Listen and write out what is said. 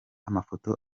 amafoto